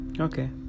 Okay